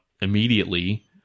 immediately